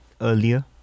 earlier